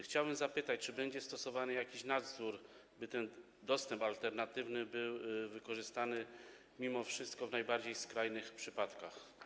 Chciałbym zapytać, czy będzie stosowany jakiś nadzór, by ten dostęp alternatywny był wykorzystany mimo wszystko w najbardziej skrajnych przypadkach.